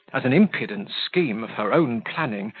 as an impudent scheme of her own planning,